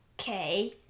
Okay